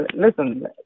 Listen